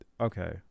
Okay